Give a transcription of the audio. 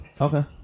Okay